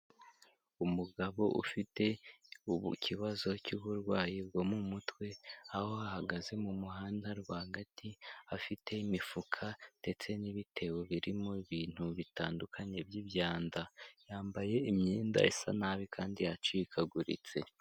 Umugabo ufite ikibazo cy'uburwayi bwo mu mutwe aho ahagaze mu muhanda rwagati, afite imifuka ndetse n'ibitebo birimo ibintu bitandukanye by'ibyanda, yambaye imyenda isa nabi kandi yacikaguritse.